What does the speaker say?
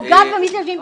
פוגעת במתיישבים,